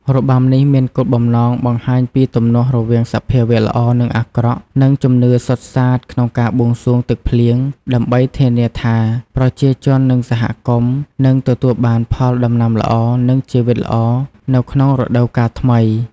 របាំនេះមានគោលបំណងបង្ហាញពីទំនាស់រវាងសភាវៈល្អនិងអាក្រក់ និងជំនឿសុទ្ធសាធក្នុងការបួងសួងទឹកភ្លៀង ដើម្បីធានាថា ប្រជាជននិងសហគមន៍នឹងទទួលបានផលដំណាំល្អ និងជីវិតល្អនៅក្នុងរដូវកាលថ្មី។